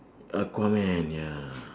aquaman ya